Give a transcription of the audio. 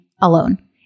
alone